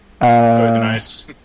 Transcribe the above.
Nice